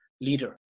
leader